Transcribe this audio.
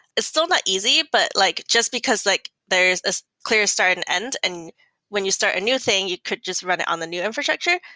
it's still not easy, but like just because like there's clear start and end, and when you start a new thing, you could just run it on the new infrastructure.